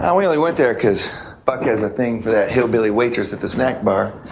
ah we only went there because buck has a thing for that hillbilly waitress at the snack bar.